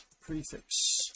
prefix